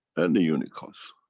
and the unicos?